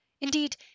Indeed